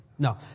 No